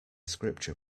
scripture